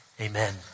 amen